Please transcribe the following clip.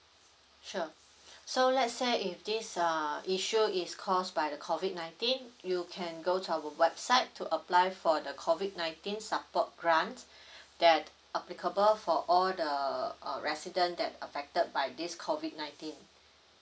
sure so let's say if this uh issue is caused by the COVID nineteen you can go to our website to apply for the COVID nineteen support grant that applicable for all the uh resident that affected by this COVID nineteen